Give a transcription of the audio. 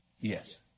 Yes